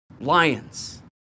Lions